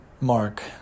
mark